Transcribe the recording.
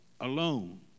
alone